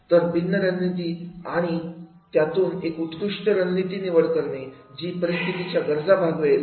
तर भिन्न रणनीती आणि आणि त्यातून एका उत्कृष्ट रणनीतीची निवड करणे जी परिस्थितीच्या गरजा भागवेल